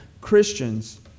Christians